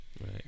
Right